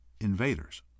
invaders